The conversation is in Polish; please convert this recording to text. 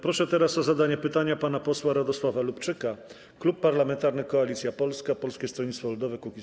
Proszę o zadanie pytania pana posła Radosława Lubczyka, Klub Parlamentarny Koalicja Polska - Polskie Stronnictwo Ludowe - Kukiz15.